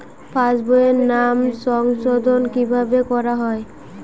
পাশ বইয়ে নাম সংশোধন কিভাবে করা হয়?